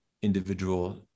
individual